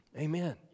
Amen